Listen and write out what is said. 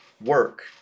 work